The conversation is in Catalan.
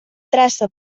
traça